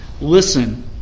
listen